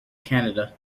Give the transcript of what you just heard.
canada